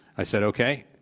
i said, okay,